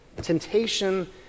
temptation